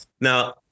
Now